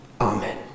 amen